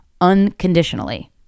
unconditionally